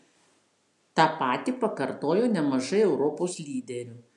tą patį pakartojo nemažai europos lyderių